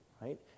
right